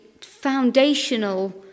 foundational